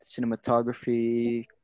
cinematography